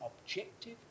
objective